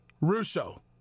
Russo